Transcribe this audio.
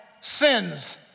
sins